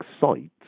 sites